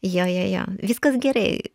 jo jo jo viskas gerai